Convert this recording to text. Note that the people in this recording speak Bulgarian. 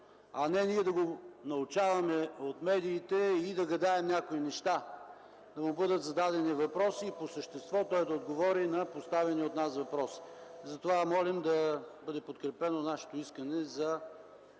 а не ние да го научаваме от медиите и да гадаем някои неща, да му бъдат зададени някои въпроси и по същество той да отговори на поставени от нас въпроси. Затова молим да бъде подкрепено нашето искане за